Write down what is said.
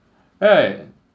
right